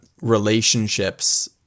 relationships